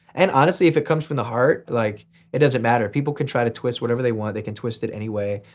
and honestly if it comes from the heart like it doesn't matter, people can try to twist whatever they want they can twist it anyway.